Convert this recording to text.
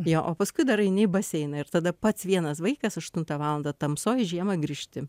jo o paskui dar eini į baseiną ir tada pats vienas vaikas aštuntą valandą tamsoj žiemą grįžti